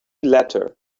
letter